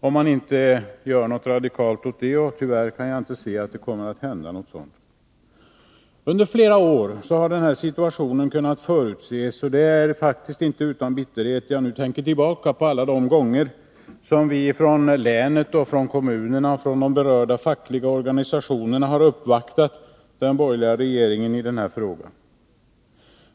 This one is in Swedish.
om man inte gör något radikalt åt situationen. Tyvärr kan jag inte se att det kommer att hända något sådant. Under flera år har denna situation kunnat förutses, och det är faktiskt inte utan bitterhet jag nu tänker tillbaka på alla de gånger då vi från länet och kommunerna och från de berörda fackliga organisationerna har uppvaktat den borgerliga regeringen i den här frågan.